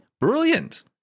Brilliant